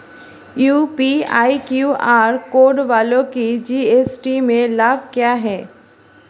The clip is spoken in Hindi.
यू.पी.आई क्यू.आर कोड वालों को जी.एस.टी में लाभ क्या है?